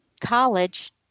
college